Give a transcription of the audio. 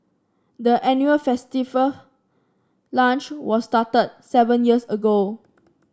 the annual festive lunch was started seven years ago